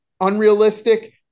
unrealistic